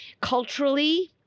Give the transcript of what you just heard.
culturally